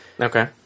Okay